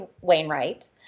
Wainwright